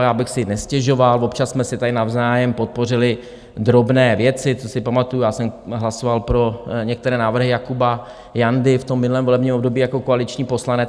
Já bych si nestěžoval, občas jsme si tady navzájem podpořili drobné věci, co si pamatuji, já jsem hlasoval pro některé návrhy Jakuba Jandy v tom minulém volebním období jako koaliční poslanec.